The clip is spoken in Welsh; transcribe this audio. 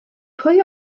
pwy